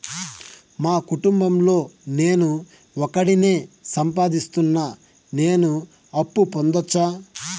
మా కుటుంబం లో నేను ఒకడినే సంపాదిస్తున్నా నేను అప్పు పొందొచ్చా